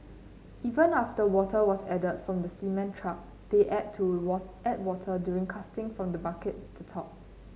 even after water was added from the cement truck they add to what add water during casting when the bucket the top